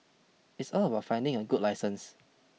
it's all about finding a good licence